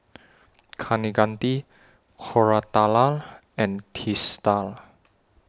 Kaneganti Koratala and Teesta